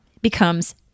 becomes